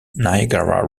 niagara